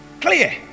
Clear